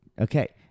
Okay